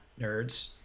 nerds